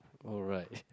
alright